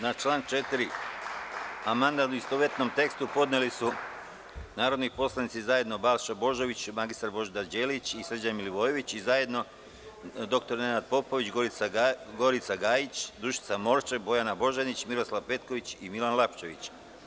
Na član 4. amandman u istovetnom tekstu podneli su narodni poslanici zajedno Balša Božović, mr Božidar Đelić i Srđan Milivojević i zajedno dr Nenad Popović, Gorica Gajić, Dušica Morčev, Bojana Božanić, Miroslav Petković i Milan Lapčević.